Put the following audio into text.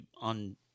on